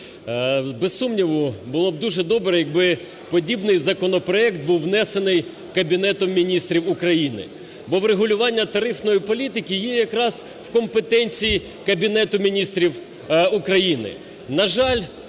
Без сумніву, було б дуже добре, якби подібний законопроект був внесений Кабінетом Міністрів України, бо врегулювання тарифної політики є якраз в компетенції Кабінету Міністрів України.